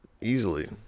easily